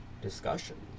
discussions